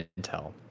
intel